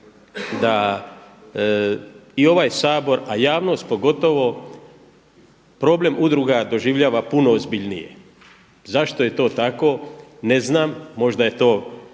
da i ovaj Sabor, a javnost pogotovo problem udruga doživljava puno ozbiljnije. Zašto je to tako, ne znam. Možda je to